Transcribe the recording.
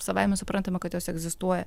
savaime suprantama kad jos egzistuoja